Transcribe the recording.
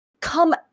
come